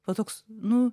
o toks nu